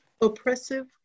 oppressive